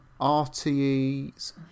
RTE's